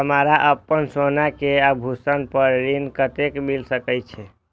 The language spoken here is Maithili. हमरा अपन सोना के आभूषण पर ऋण कते मिल सके छे?